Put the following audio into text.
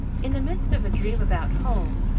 in the midst of a dream about home,